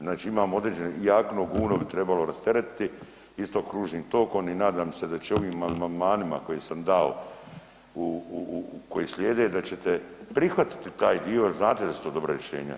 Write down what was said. Znači imamo određeni i Jakino guvno bi trebalo rasteretiti isto kružnim tokom i nadam se da će ovim amandmanima koje sam dao u, u, u, koji slijede da ćete prihvatiti taj dio, znate da su to dobra rješenja.